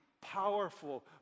powerful